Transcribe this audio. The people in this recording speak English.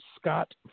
Scott